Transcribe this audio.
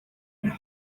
and